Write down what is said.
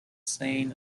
saying